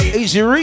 easy